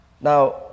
Now